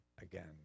again